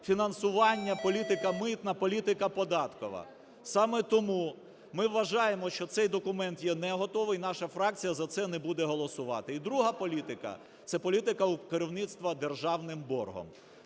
фінансування, політика митна, політика податкова. Саме тому ми вважаємо, що цей документ є не готовий, наша фракція за це не буде голосувати. І друга політика – це політика керівництва державним боргом.